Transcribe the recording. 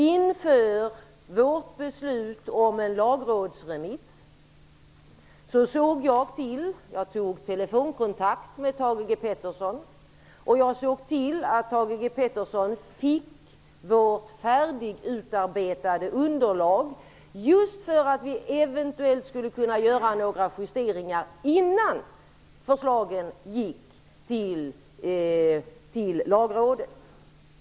Inför vårt beslut om en lagrådsremiss såg jag till -- jag tog telefonkontakt med Thage G Peterson -- att Thage G Peterson fick vårt färdigt utarbetade underlag just för att kunna göra eventuella justeringar innan förslagen gick till Lagrådet.